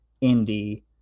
Indy